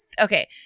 Okay